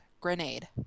Grenade